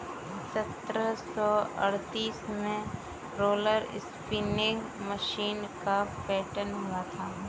सत्रह सौ अड़तीस में रोलर स्पीनिंग मशीन का पेटेंट हुआ था